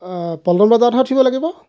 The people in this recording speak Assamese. পল্টন বজাৰতহে উঠিব লাগিব